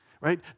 Right